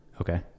Okay